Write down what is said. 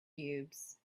cubes